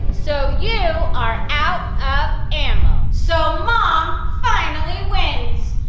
so, you are out of ammo! so, mom finally wins!